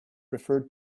referred